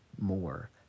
more